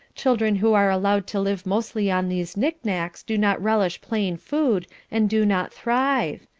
children who are allowed to live mostly on these knicknacks do not relish plain food, and do not thrive.